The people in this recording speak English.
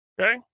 okay